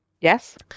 yes